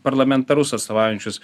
parlamentarus atstovaujančius